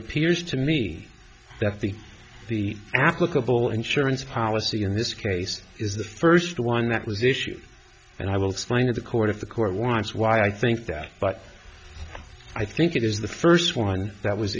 appears to me that the the applicable insurance policy in this case is the first one that was issued and i will find in the court of the court was why i think that but i think it is the first one that was